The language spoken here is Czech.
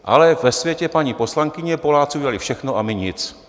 Ale ve světě paní poslankyně Poláci udělali všechno a my nic.